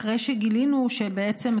אחרי שגילנו שבעצם,